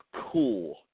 cool